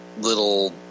little